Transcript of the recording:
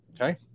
Okay